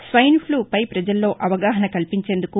swine ఫ్లుపై పజల్లో అవగాహన కల్పించేందుకు